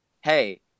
hey